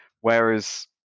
whereas